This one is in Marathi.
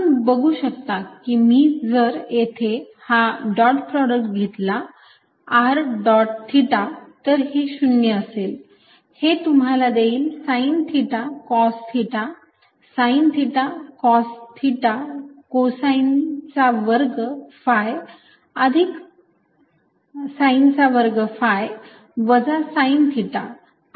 आपण बघु शकता की मी जर येथे हा डॉट प्रॉडक्ट घेतला r डॉट थिटा तर हे 0 असेल हे तुम्हाला देईल sine theta cos theta sine theta cos theta कोसाइनचा वर्ग phi अधिक साइनचा वर्ग phi वजा साइन थिटा आणि कोसाइन ऑफ थिटा